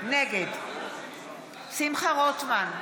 נגד שמחה רוטמן,